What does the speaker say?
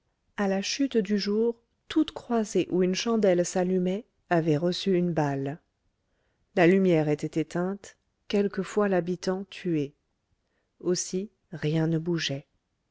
à la chute du jour toute croisée où une chandelle s'allumait avait reçu une balle la lumière était éteinte quelquefois l'habitant tué aussi rien ne bougeait